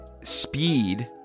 speed